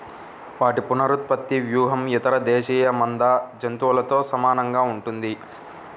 వాటి పునరుత్పత్తి వ్యూహం ఇతర దేశీయ మంద జంతువులతో సమానంగా ఉంటుంది